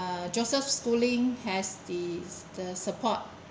uh joseph schooling has the the support